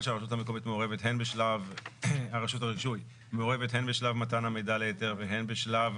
שרשות הרישוי מעורבת הן בשלב מתן המידע להיתר והן בשלב